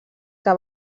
que